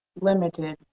limited